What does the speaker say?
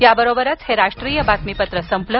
या बरोबरच हे राष्ट्रीय बातमीपत्र संपलं